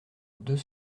deux